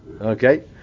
Okay